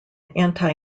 anti